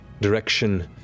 direction